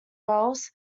wales